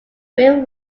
real